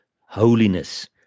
holiness